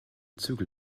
zügel